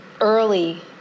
early